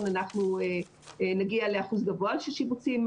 אנחנו נגיע לאחוז גבוה של שיבוצים.